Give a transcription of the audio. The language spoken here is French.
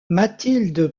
mathilde